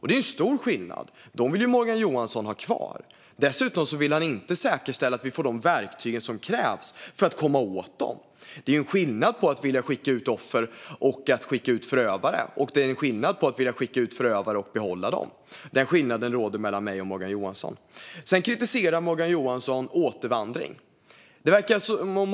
Det är stor skillnad. Dem vill Morgan Johansson ha kvar. Dessutom vill han inte säkerställa att de verktyg som krävs för att komma åt dem finns. Det är skillnad mellan att vilja skicka ut offer och att vilja skicka ut förövare. Och det är skillnad mellan att skicka ut förövare och att behålla dem. Det är skillnaden mellan mig och Morgan Johansson. Morgan Johansson kritiserar återvandring.